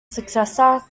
successor